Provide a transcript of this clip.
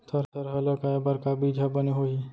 थरहा लगाए बर का बीज हा बने होही?